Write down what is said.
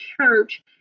church